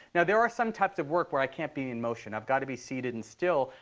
now there are some types of work where i can't be in motion. i've got to be seated and still.